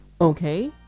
Okay